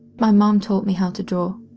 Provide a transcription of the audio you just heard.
my mom taught me how to draw.